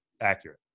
Accurate